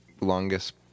longest